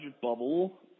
bubble